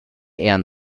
ehren